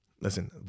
Listen